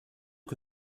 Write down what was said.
que